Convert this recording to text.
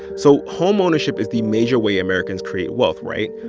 so homeownership is the major way americans create wealth, right?